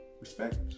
respect